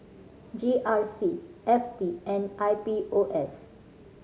G R C F T and I P O S